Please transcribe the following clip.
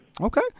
Okay